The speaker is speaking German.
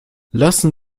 lassen